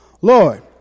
Lord